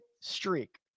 streak